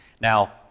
Now